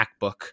macbook